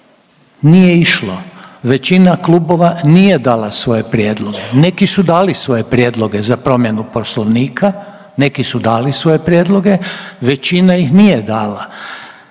nije išlo. Većina klubova nije dala svoje prijedloge. Neki su dali svoje prijedloge za promjenu Poslovnika. Neki su dali